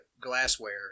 glassware